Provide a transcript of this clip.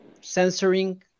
censoring